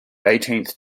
eighteenth